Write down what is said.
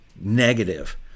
negative